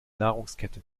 nahrungskette